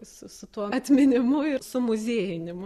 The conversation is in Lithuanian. su su tuo atminimu ir su muziejinimu